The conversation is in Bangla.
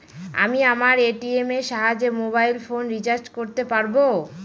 আমি আমার এ.টি.এম এর সাহায্যে মোবাইল ফোন রিচার্জ করতে পারব?